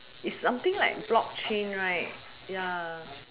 is something like block chain right ya